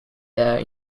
there